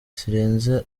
zirenze